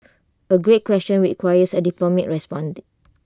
A great question which requires A diplomatic response